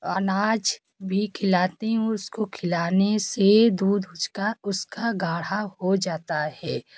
अनाज भी खिलाती हूँ उसको खिलाने से दूध उसका गाढ़ा हो जाता हैं